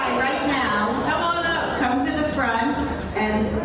now come on up. come to the front and